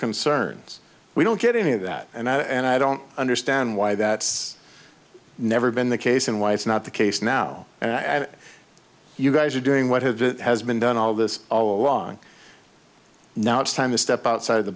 concerns we don't get any of that and i don't understand why that's never been the case and why it's not the case now and i you guys are doing what he has been done all this all along now it's time to step outside of the